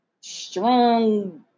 strong